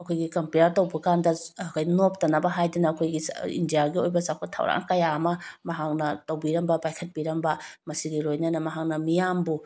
ꯑꯩꯈꯣꯏꯒꯤ ꯀꯝꯄꯤꯌꯥꯔ ꯇꯧꯕ ꯀꯥꯟꯗ ꯅꯣꯞꯇꯅꯕ ꯍꯥꯏꯗꯅ ꯑꯩꯈꯣꯏꯒꯤ ꯏꯟꯗꯤꯌꯥꯒꯤ ꯑꯣꯏꯕ ꯆꯥꯎꯈꯠ ꯊꯧꯔꯥꯡ ꯀꯌꯥ ꯑꯃ ꯃꯍꯥꯛꯅ ꯇꯧꯕꯤꯔꯝꯕ ꯄꯥꯏꯈꯠꯄꯤꯔꯝꯕ ꯃꯁꯤꯒ ꯂꯣꯏꯅꯅ ꯃꯍꯥꯛꯅ ꯃꯤꯌꯥꯝꯕꯨ